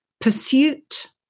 pursuit